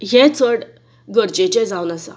तें चड गरजेचें जावन आसा